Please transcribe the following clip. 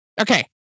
okay